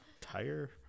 Tire